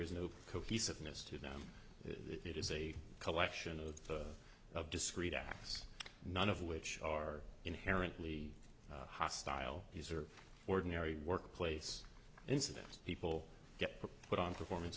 is no cohesiveness to them it is a collection of of discrete acts none of which are inherently hostile these are ordinary workplace incidents people get put on performance